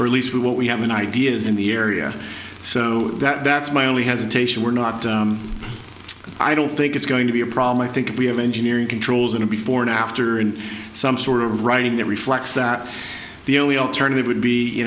or at least what we have an idea is in the area so that that's my only has taishan we're not i don't think it's going to be a problem i think if we have engineering controls and a before and after and some sort of writing that reflects that the only alternative would be you